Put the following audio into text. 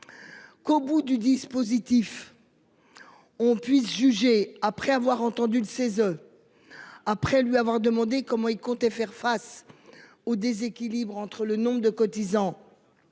Qu'au bout du dispositif. On puisse juger après avoir entendu le CESE. Après lui avoir demandé comment il comptait faire face au déséquilibre entre le nombre de cotisants.